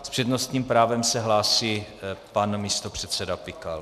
S přednostním právem se hlásí pan místopředseda Pikal.